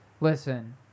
listen